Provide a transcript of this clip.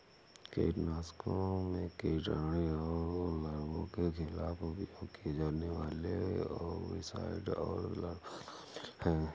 कीटनाशकों में कीट अंडे और लार्वा के खिलाफ उपयोग किए जाने वाले ओविसाइड और लार्वा शामिल हैं